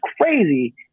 crazy